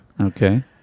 okay